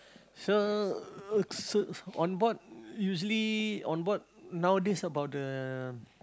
so uh so on board usually on board nowadays about the